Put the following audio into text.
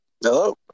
Hello